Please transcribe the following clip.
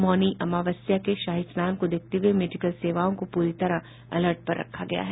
मौनी अमावस्या के शाही स्नान को देखते हुए मेडिकल सेवाओं को प्ररी तरह अलर्ट पर रखा गया है